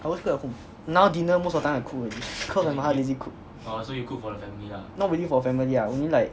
I always cook at home now dinner most of the time I cook already cause my mother lazy cook not really for the family ah only like